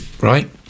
right